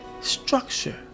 structure